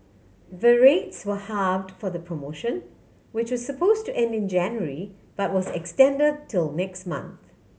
the rates were halved for the promotion which was suppose to end in January but was extended till next month